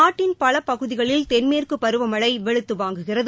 நாட்டின் பல பகுதிகளில் தென்மேற்கு பருவமழை வெளுத்து வாங்குகிறது